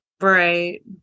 Right